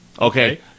Okay